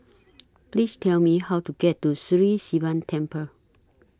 Please Tell Me How to get to Sri Sivan Temple